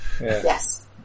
Yes